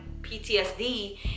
PTSD